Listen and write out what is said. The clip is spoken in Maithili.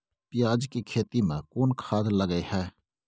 पियाज के खेती में कोन खाद लगे हैं?